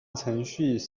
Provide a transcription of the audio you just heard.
程序